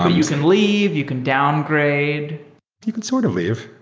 um you can leave. you can downgrade you can sort of leave.